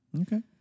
Okay